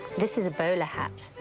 this is a bowler hat.